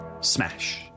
smash